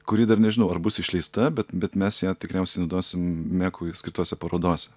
kuri dar nežinau ar bus išleista bet bet mes ją tikriausiai naudosim mekui skirtose parodose